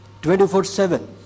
24/7